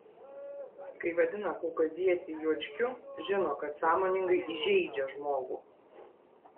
kai vadina kaukazietį juočkiu žino kad sąmoningai įžeidžia žmogų